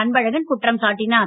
அன்பழகன் குற்றம் சாட்டினார்